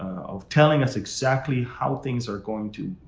of telling us exactly how things are going to,